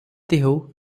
ହେଉ